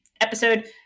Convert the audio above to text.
episode